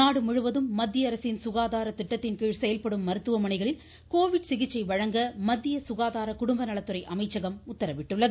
நாடு முழுவதும் மத்திய அரசின் சுகாதார திட்டத்தின் கீழ் செயல்படும் மருத்துவமனைகளில் பயனாளிகளுக்கு கோவிட் சிகிச்சை வழங்க மத்திய சுகாதார குடும்ப நலத்துறை அமைச்சகம் உத்தரவிட்டுள்ளது